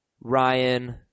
Ryan